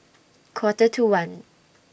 Quarter to one